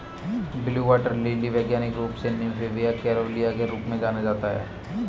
blue water lily वैज्ञानिक रूप से निम्फिया केरूलिया के रूप में जाना जाता है